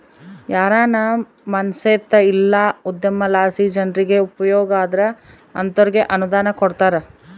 ಯಾರಾನ ಮನ್ಸೇತ ಇಲ್ಲ ಉದ್ಯಮಲಾಸಿ ಜನ್ರಿಗೆ ಉಪಯೋಗ ಆದ್ರ ಅಂತೋರ್ಗೆ ಅನುದಾನ ಕೊಡ್ತಾರ